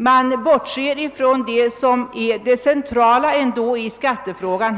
Man bortser från vad som ändå är det centrala i skattefrågan,